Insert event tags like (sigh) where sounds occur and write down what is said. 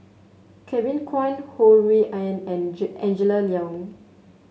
Kevin Kwan Ho Rui An and (unintelligible) Angela Liong